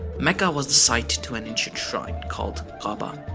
mecca was the site to an ancient shrine called kaaba.